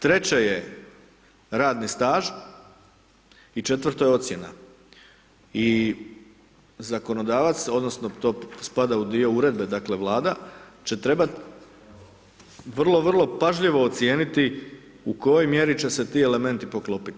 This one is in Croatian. Treće je, radni staž i četvrto je ocjena i zakonodavac odnosno to spada u dio Uredbe, dakle, Vlada će trebat vrlo, vrlo pažljivo ocijeniti u kojoj mjeri će se ti elementi poklopiti.